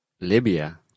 Libya